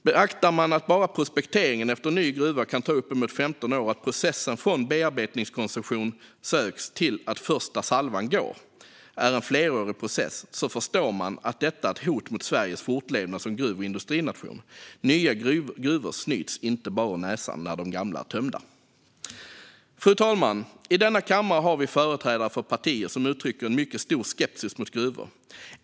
Beaktar man att bara prospekteringen efter en ny gruva kan ta uppemot 15 år och processen från att en bearbetningskoncession söks till det att "första salvan går" är en flerårig process förstår man att detta är ett hot mot Sveriges fortlevnad som gruv och industrination. Nya gruvor snyts inte bara ur näsan när de gamla är tömda. Fru talman! I denna kammare har vi företrädare för partier som uttrycker en mycket stor skepsis mot gruvor.